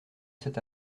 cet